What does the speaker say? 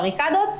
הבריקדות.